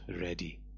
ready